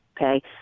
okay